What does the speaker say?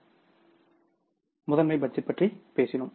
மற்றும்முதன்மை budget பற்றி பேசினோம்